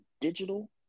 digital